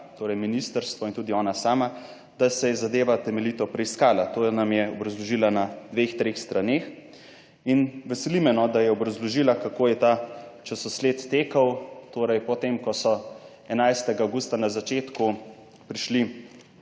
torej ministrstvo in tudi ona sama, da se je zadeva temeljito preiskala. To nam je obrazložila na dveh, treh straneh in veseli me, da je obrazložila, kako je ta čas sled tekel, torej po tem, ko so 11. avgusta na začetku prišli